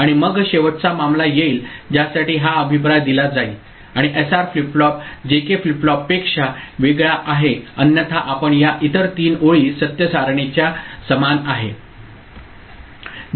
आणि मग शेवटचा मामला येईल ज्यासाठी हा अभिप्राय दिला जाईल आणि SR flip flop JK flip फ्लॉपपेक्षा वेगळा आहे अन्यथा आपण या इतर तीन ओळी सत्य सारणीच्या समान आहे